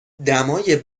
دمای